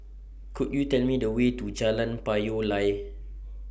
Could YOU Tell Me The Way to Jalan Payoh Lai